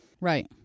Right